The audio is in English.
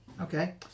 Okay